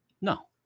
No